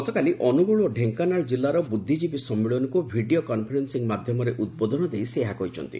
ଗତକାଲି ଅନୁଗୁଳ ଓ ଢେଙ୍କାନାଳ କିଲ୍ଲାର ବୃଦ୍ଧିଜୀବୀ ସମ୍ମିଳନୀକୁ ଭିଡ଼ିଓ କନ୍ଫରେନ୍ଦିଂ ମାଧ୍ଧମରେ ଉଦ୍ବୋଧନ ଦେଇ ସେ ଏହା କହିଛନ୍ତି